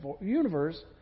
universe